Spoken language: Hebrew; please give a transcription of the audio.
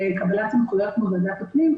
וקבלת --- כמו ועדת הפנים,